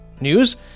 news